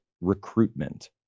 recruitment